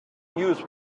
news